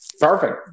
Perfect